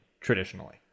traditionally